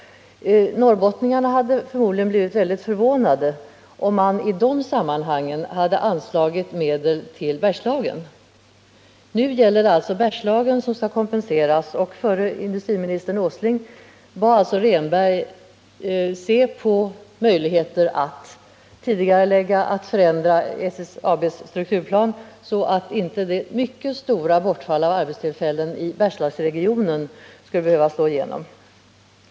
Norrbottningarna hade förmodligen blivit väldigt förvånade om man i de sammanhangen hade anslagit medel till Bergslagen. Nu gäller det alltså Bergslagen, som skall kompenseras, och förre industriministern Åsling bad Bertil Rehnberg att se på möjligheterna att tidigarelägga, att förändra SSAB:s strukturplan, så att det mycket stora bortfallet av arbetstillfällen i Bergslagen inte skulle behöva slå igenom.